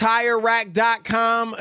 TireRack.com